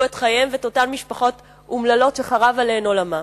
את חייהם ואת אותן משפחות אומללות שחרב עליהן עולמן.